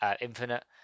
Infinite